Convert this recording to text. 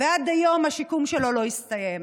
ועד היום השיקום שלו לא הסתיים.